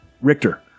Richter